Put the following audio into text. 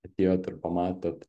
atėjot ir pamatot